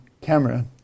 camera